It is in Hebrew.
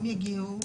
אם יגיעו.